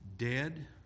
Dead